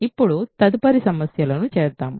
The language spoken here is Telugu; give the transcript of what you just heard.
ఇప్పుడు తదుపరి సమస్యలను చేద్దాం